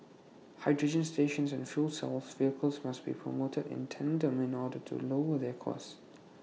hydrogen stations and fuel cell of vehicles must be promoted in tandem in order to lower their cost